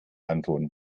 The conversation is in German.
anton